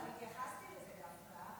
אבל התייחסתי לזה דווקא,